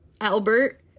Albert